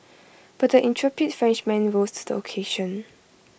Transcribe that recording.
but the intrepid Frenchman rose to the occasion